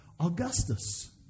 Augustus